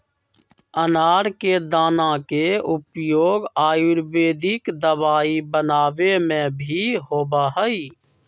अनार के दाना के उपयोग आयुर्वेदिक दवाई बनावे में भी होबा हई